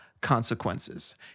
consequences